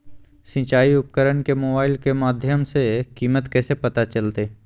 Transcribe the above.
सिंचाई उपकरण के मोबाइल के माध्यम से कीमत कैसे पता चलतय?